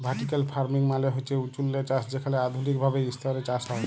vertical farming মালে হছে উঁচুল্লে চাষ যেখালে আধুলিক ভাবে ইসতরে চাষ হ্যয়